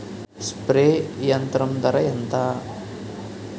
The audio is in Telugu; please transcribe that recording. స్ప్రే యంత్రం ధర ఏంతా?